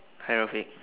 hi rafik